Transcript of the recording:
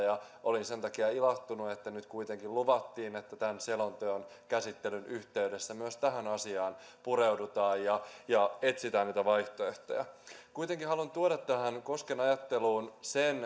olin sen takia ilahtunut että nyt kuitenkin luvattiin että tämän selonteon käsittelyn yhteydessä myös tähän asiaan pureudutaan ja etsitään niitä vaihtoehtoja kuitenkin haluan tuoda tähän edustaja kosken ajatteluun sen